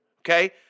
Okay